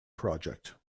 project